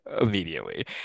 immediately